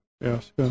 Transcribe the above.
Yes